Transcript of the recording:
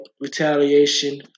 retaliation